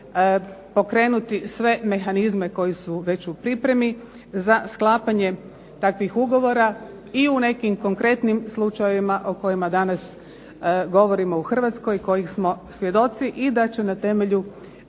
pokrenuti sve mehanizme koji su već u pripremi za sklapanje takvih ugovora i u nekim konkretnim slučajevima o kojima danas govorimo u Hrvatskoj, kojih smo svjedoci i da će na temelju